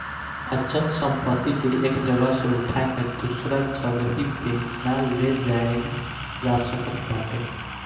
अचल संपत्ति के एक जगह से उठा के दूसरा जगही पे ना ले जाईल जा सकत बाटे